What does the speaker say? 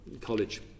College